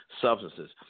substances